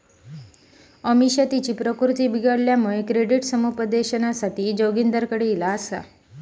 अमिषा तिची प्रकृती बिघडल्यामुळा क्रेडिट समुपदेशनासाठी जोगिंदरकडे ईली आसा